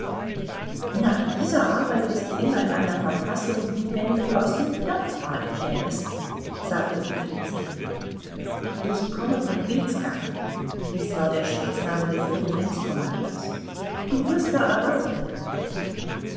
nach dieser arbeit bist du immer in einer verfassung wie wenn du aus dem dampfbade kämest sagte petrizki ich komme von grizka dies war der spitzname des regimentskommandeurs du wirst da erwartet